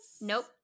Nope